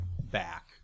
back